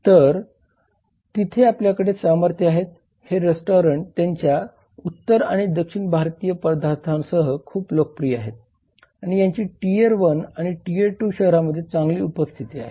तर तिथे आपल्याकडे सामर्थ्य आहेत हे रेस्टॉरंट त्याच्या उत्तर आणि दक्षिण भारतीय पदार्थांसह खूप लोकप्रिय आहे आणि यांची टियर 1 आणि टियर 2 शहरांमध्ये चांगली उपस्थिती आहे